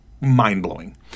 mind-blowing